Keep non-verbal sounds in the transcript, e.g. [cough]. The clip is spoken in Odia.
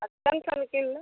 [unintelligible] କିଣିଲ